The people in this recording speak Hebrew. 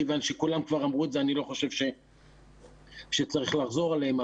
כיוון שכולם כבר אמרו את זה אני לא חושב שצריך לחזור עליהם,